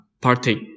partake